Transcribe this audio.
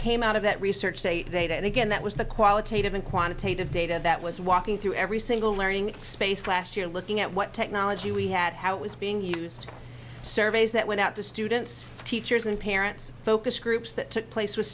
came out of that research say they and again that was the qualitative and quantitative data that was walking through every single learning space last year looking at what technology we had how it was being used surveys that went out to students teachers and parents focus groups that took place with